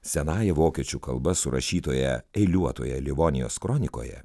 senąja vokiečių kalba surašytoje eiliuotoje livonijos kronikoje